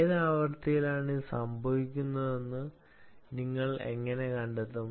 ഏത് ആവൃത്തിയിലാണ് ഇത് സംഭവിക്കുന്നതെന്ന് നിങ്ങൾ എങ്ങനെ കണ്ടെത്തും